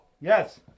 Yes